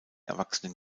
erwachsenen